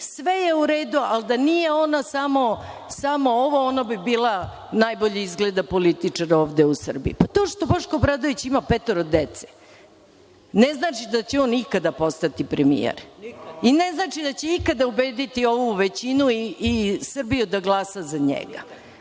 Sve je u redu, ali da nije ona samo ovo, ona bi bila najbolji izgleda političar ovde u Srbiji. Pa, to što Boško Obradović ima petoro dece, to ne znači da će on ikada postati premijer i ne znači da će ikada ubediti ovu većinu i Srbiju da glasa za njega. Mislim